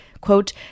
quote